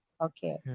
Okay